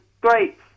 great